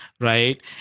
right